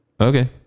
okay